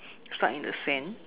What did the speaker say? stuck in the sand